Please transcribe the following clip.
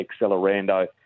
Accelerando